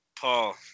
Paul